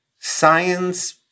science